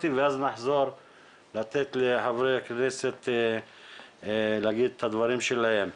ואז נחזור לתת לחברי הכנסת להגיד את הדברים שלהם.